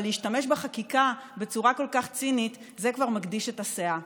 אבל להשתמש בחקיקה בצורה כל כך צינית זה כבר מגדיש את הסאה.